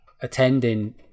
attending